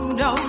no